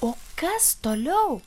o kas toliau